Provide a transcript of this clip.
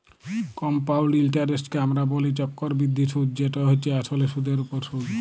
compound ইলটারেস্টকে আমরা ব্যলি চক্করবৃদ্ধি সুদ যেট হছে আসলে সুদের উপর সুদ